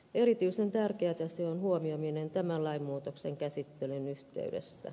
erityisen tärkeätä se on huomioida tämän lainmuutoksen käsittelyn yhteydessä